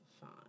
fine